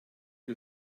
you